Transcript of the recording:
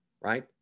right